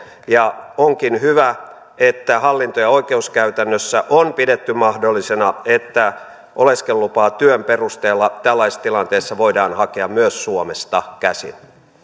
ja onkin hyvä että hallinto ja oikeuskäytännössä on pidetty mahdollisena että oleskelulupaa työn perusteella tällaisessa tilanteessa voidaan hakea myös suomesta käsin